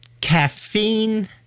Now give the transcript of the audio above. caffeine